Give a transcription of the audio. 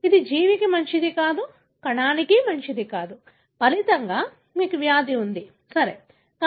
ఇది జీవికి మంచిది కాదు కణానికి మంచిది కాదు ఫలితంగా మీకు వ్యాధి ఉంది సరియైనది